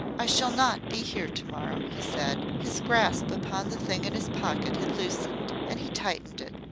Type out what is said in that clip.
i shall not be here to-morrow, he said. his grasp upon the thing in his pocket had loosened, and he tightened it.